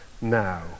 now